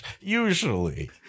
Usually